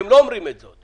אתם לא אומרים את זה,